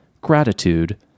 gratitude